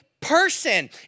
person